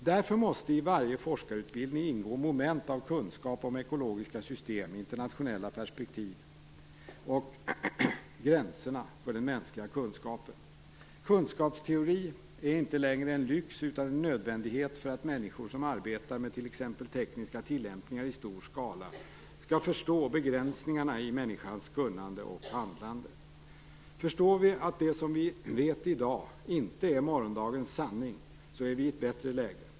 Därför måste det i varje forskarutbildning ingå moment av kunskap om ekologiska system, internationella perspektiv och gränserna för den mänskliga kunskapen. Kunskapsteori är inte längre en lyx utan en nödvändighet för att människor som arbetar med t.ex. tekniska tillämpningar i stor skala skall förstå begränsningarna i människans kunnande och handlande. Förstår vi att det som vi vet i dag inte är morgondagens sanning är vi i ett bättre läge.